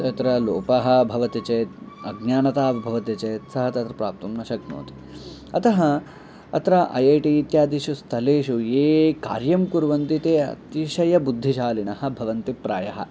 तत्र लोपः भवति चेत् अज्ञानता भवति चेत् सः तत्र प्राप्तुं न शक्नोति अतः अत्र ऐ ऐ टि इत्यादीषु स्थलेषु ये ये कार्यं कुर्वन्ति ते तेषय बुद्धिशालीनः भवन्ति प्रायः